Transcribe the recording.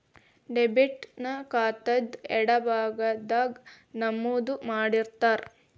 debit ನ ಖಾತಾದ್ ಎಡಭಾಗದಾಗ್ ನಮೂದು ಮಾಡಿರ್ತಾರ